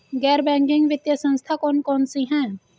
गैर बैंकिंग वित्तीय संस्था कौन कौन सी हैं?